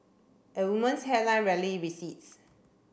a woman's hairline rarely recedes